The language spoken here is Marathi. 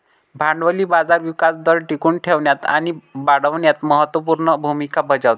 भांडवली बाजार विकास दर टिकवून ठेवण्यात आणि वाढविण्यात महत्त्व पूर्ण भूमिका बजावतात